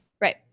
Right